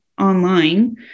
online